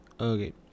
Okay